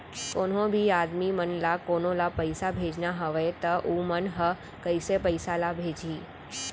कोन्हों भी आदमी मन ला कोनो ला पइसा भेजना हवय त उ मन ह कइसे पइसा ला भेजही?